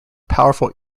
powerful